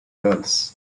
girls